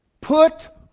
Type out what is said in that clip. Put